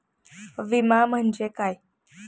विमा म्हणजे काय?